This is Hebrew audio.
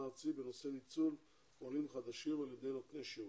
ארצי בנושא ניצול עולים חדשים על ידי נותני שירות.